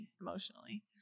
emotionally